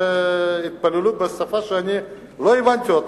התפללו בשפה שלא הבנתי.